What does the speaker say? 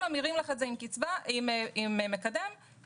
וממירים לך את זה עם מקדם לקצבה.